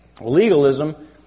Legalism